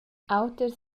auters